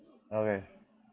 okay